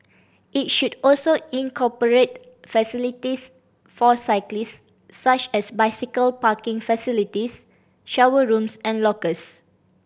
it should also incorporate facilities for cyclists such as bicycle parking facilities shower rooms and lockers